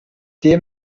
dem